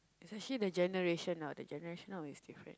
is actually the generation lah the generation now is different